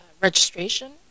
registration